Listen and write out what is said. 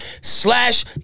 slash